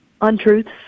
untruths